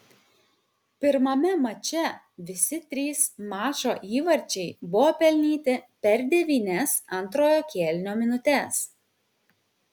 pirmame mače visi trys mačo įvarčiai buvo pelnyti per devynias antrojo kėlinio minutes